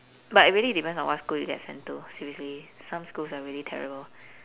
but it really depends on what school you get sent to seriously some schools are really terrible